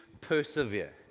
persevere